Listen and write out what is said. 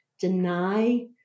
deny